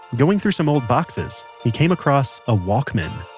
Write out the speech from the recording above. going through some old boxes, he came across a walkman.